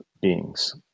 beings